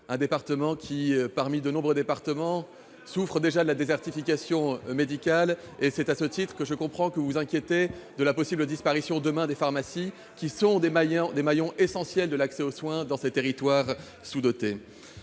un département qui, comme de nombreux autres, souffre déjà de la désertification médicale. Je comprends que c'est à ce titre que vous vous inquiétez de la possible disparition, demain, des pharmacies, qui sont des maillons essentiels de l'accès aux soins dans ces territoires sous-dotés.